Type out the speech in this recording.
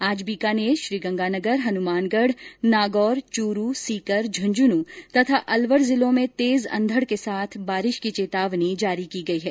आज बीकानेर श्रीगंगानगर हनुमानगढ नागौर चुरू सीकर झुन्झुनू तथा अलवर जिलों में तेज अंधड़ के साथ बारिश की चेतावनी जारी की गई है